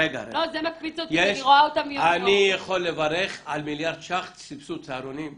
אני יכול לברך על מיליארד ש"ח סבסוד צהרונים.